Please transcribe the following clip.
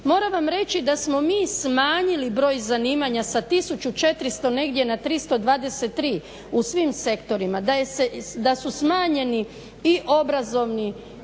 Moram vam reći da smo mi smanjili broj zanimanja sa 1400 negdje na 323 u svim sektorima, da su smanjeni i obrazovna